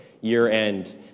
year-end